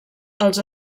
els